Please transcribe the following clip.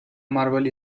marble